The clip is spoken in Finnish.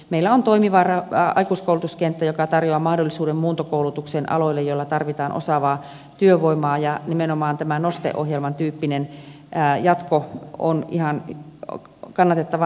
meillä on toimiva aikuiskoulutuskenttä joka tarjoaa mahdollisuuden muuntokoulutukseen aloille joilla tarvitaan osaavaa työvoimaa ja nimenomaan tämä noste ohjelman tyyppinen jatko on ihan kannatettava asia